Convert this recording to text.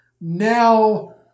now